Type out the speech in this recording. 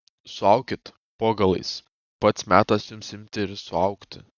suaukit po galais pats metas jums imti ir suaugti